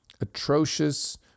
atrocious